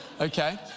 okay